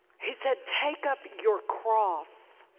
he said take up your cross.